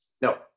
no